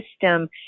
system